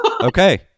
Okay